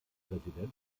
präsident